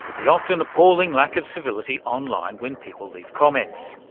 the often appalling lack of civility online when people leave comments.